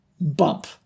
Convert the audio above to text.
bump